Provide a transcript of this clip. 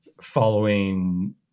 following